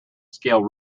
scale